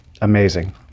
amazing